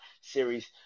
series